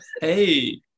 Hey